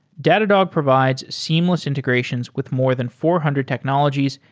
datadog provides seamless integrations with more than four hundred technologies,